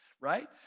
right